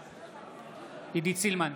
בעד עידית סילמן,